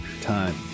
time